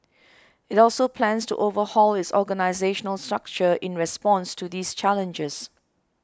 it also plans to overhaul its organisational structure in response to these challenges